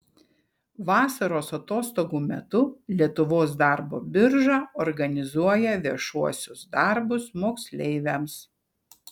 vasaros atostogų metu lietuvos darbo birža organizuoja viešuosius darbus moksleiviams